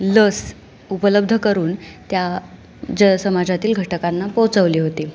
लस उपलब्ध करून त्या ज समाजातील घटकांना पोचवली होती